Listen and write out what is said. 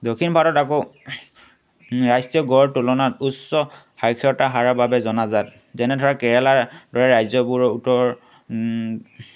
দক্ষিণ ভাৰতত আকৌ ৰাষ্ট্ৰীয় গড়ৰ তুলনাত উচ্চ সাক্ষৰতা হাৰৰ বাবে জনাজাত যেনেধৰক কেৰেলাৰ দৰে ৰাজ্যবোৰৰ উত্তৰ